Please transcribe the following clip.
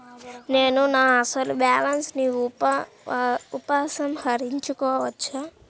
నేను నా అసలు బాలన్స్ ని ఉపసంహరించుకోవచ్చా?